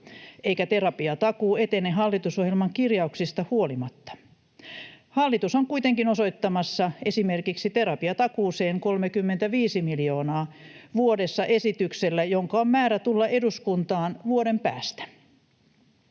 eikä terapiatakuu etene hallitusohjelman kirjauksista huolimatta. Hallitus on kuitenkin osoittamassa esimerkiksi terapiatakuuseen 35 miljoonaa vuodessa esityksellä, jonka on määrä tulla eduskuntaan vuoden päästä.